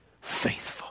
Faithful